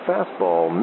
Fastball